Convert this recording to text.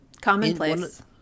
commonplace